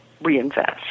reinvest